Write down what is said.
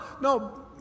no